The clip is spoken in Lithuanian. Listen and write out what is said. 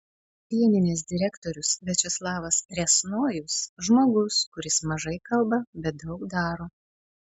pieninės direktorius viačeslavas riasnojus žmogus kuris mažai kalba bet daug daro